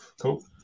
Cool